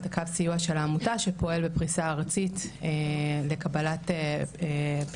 קו הסיוע של העמותה שפועל בפריסה ארצית לקבלת פניות